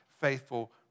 faithful